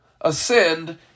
ascend